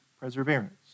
perseverance